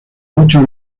muchas